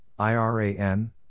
IRAN